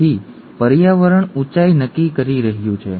તેથી પર્યાવરણ ઊંચાઈ નક્કી કરી રહ્યું છે